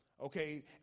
Okay